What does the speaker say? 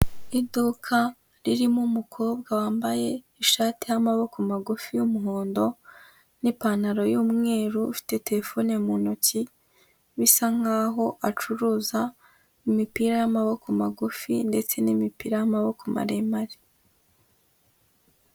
Iduka ririmo umukobwa wambaye ishati y'amaboko magufi y'umuhondo, n'ipantaro y'umweru. Ufite terefone mu ntoki bisa nk'aho acuruza imipira y'amaboko magufi ndetse n'mipira y'amaboko maremare.